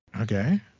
Okay